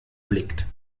blickt